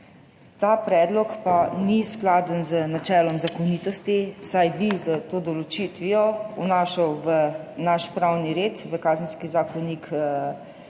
Ta predlog pa ni skladen z načelom zakonitosti, saj bi s to določitvijo vnašal v naš pravni red, v Kazenski zakonik